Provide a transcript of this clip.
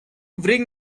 bring